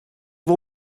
wol